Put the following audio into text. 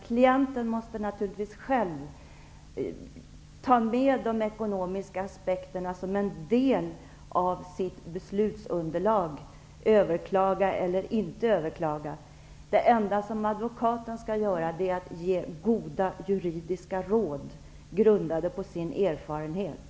Klienten måste naturligtvis själv ta med de ekonomiska aspekterna som en del av sitt beslutsunderlag, när det gäller att överklaga eller inte överklaga. Det enda som advokaten skall göra är att ge goda juridiska råd grundade på sin erfarenhet.